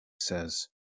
says